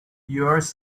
yours